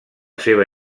seva